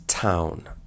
town